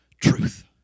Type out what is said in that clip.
truth